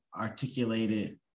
articulated